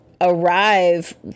arrive